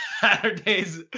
Saturday's